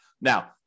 Now